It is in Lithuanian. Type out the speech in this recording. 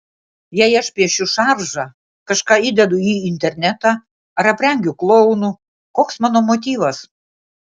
jei aš piešiu šaržą kažką įdedu į internetą ar aprengiu klounu koks mano motyvas